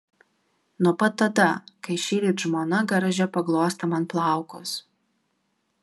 nuo pat tada kai šįryt žmona garaže paglostė man plaukus